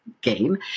game